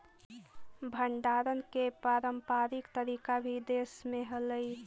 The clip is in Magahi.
भण्डारण के पारम्परिक तरीका भी देश में हलइ